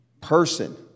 person